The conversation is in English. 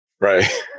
Right